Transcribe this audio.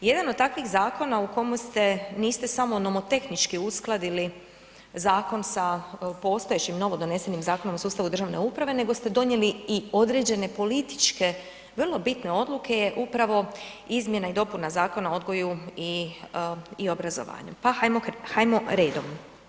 Jedan od takvih zakona u kome niste samo nomotehnički uskladili zakon sa postojećim Zakonom o sustavu državne uprave nego ste donijeli i određene političke vrlo bitne odluke je upravo izmjena i dopuna Zakona o odgoju i obrazovanju pa ajmo redom.